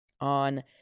on